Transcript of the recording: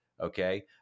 okay